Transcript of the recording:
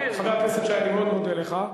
חבר הכנסת שי, אני מאוד מודה לך.